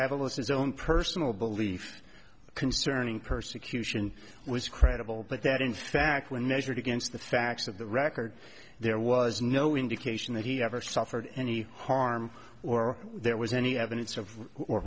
evillest his own personal belief concerning persecution was credible but that in fact when measured against the facts of the record there was no indication that he ever suffered any harm or there was any evidence of